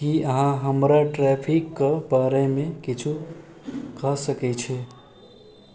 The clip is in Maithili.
की अहाँ हमरा ट्रैफिक कऽ बारेमे किछु कह सकैत छी